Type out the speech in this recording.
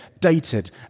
dated